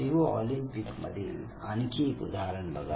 Rio Olympic मधील आणखी एक उदाहरण बघा